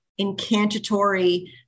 incantatory